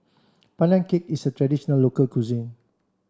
Pandan Cake is a traditional local cuisine